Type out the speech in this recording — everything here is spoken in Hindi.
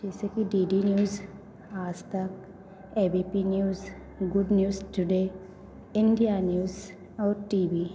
जैसे कि D D news Aaj Tak A B P news good news today India news और टी वी